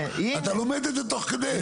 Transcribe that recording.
אבל אתה לומד את זה תוך כדי.